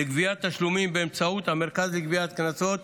לגביית תשלומים באמצעות המרכז לגביית קנסות,